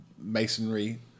masonry